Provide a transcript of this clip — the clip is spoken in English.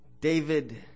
David